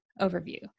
overview